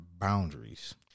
boundaries